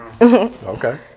Okay